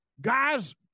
Guys